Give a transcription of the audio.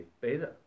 Beta